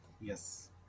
Yes